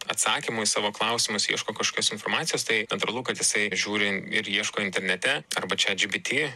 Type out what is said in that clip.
atsakymų į savo klausimus ieško kažkokios informacijos tai natūralu kad jisai žiūri ir ieško internete arba chat gpt